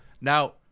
Now